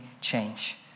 change